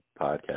podcast